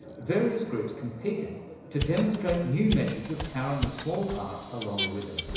various groups competed to demonstrate new methods of powering a small craft along a ribbon.